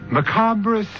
Macabre